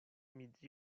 midi